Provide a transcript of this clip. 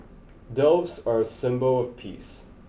doves are a symbol of peace